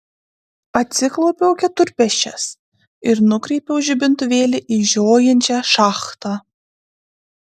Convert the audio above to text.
atsiklaupiau keturpėsčias ir nukreipiau žibintuvėlį į žiojinčią šachtą